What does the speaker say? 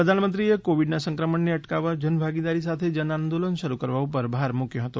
પ્રધાનમંત્રીએ કોવિડના સંક્રમણને અટકાવવા જનભાગદારી સાથે જનઆંદોલન શરૂ કરવા ઉપર ભાર મૂક્યો હતો